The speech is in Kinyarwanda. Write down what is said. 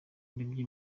aribyo